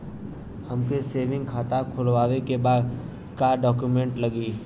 हमके सेविंग खाता खोलवावे के बा का डॉक्यूमेंट लागी?